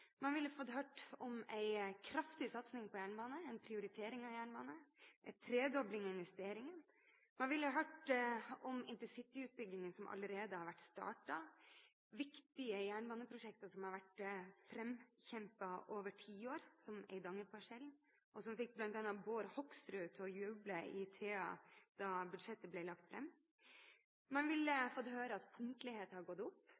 Man ville fått høre om en kraftig satsing på jernbane, en prioritering av jernbane, en tredobling av investeringer, man ville hørt om intercityutbyggingen som allerede er startet, viktige jernbaneprosjekter som har vært framkjempet over tiår, som Eidangerparsellen, og som fikk bl.a. Bård Hoksrud til å juble da budsjettet ble lagt fram. Man ville fått høre at punktligheten har gått opp,